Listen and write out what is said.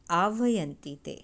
आह्वयन्ति ते